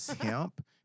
hemp